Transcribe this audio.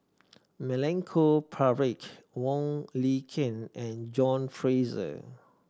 Milenko Prvacki Wong Lin Ken and John Fraser